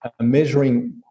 measuring